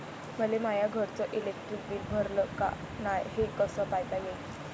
मले माया घरचं इलेक्ट्रिक बिल भरलं का नाय, हे कस पायता येईन?